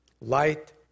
light